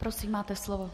Prosím, máte slovo.